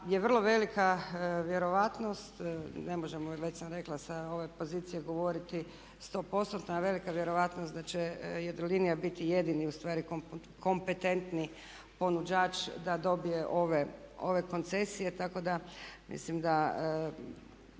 je vrlo velika vjerojatnost, ne možemo već sam rekla sa ove pozicije govoriti 100% ali je velika vjerojatnost da će Jadrolinija biti jedini ustvari kompetentni ponuđač da dobije ove koncesije. Tako da mislim da